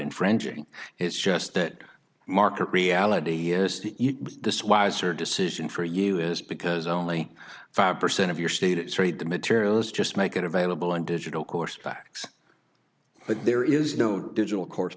infringing it's just that market reality is that this wiser decision for you is because only five percent of your state is read the materials just make it available in digital course backs but there is no digital course